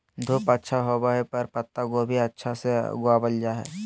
धूप अच्छा होवय पर पत्ता गोभी अच्छा से उगावल जा हय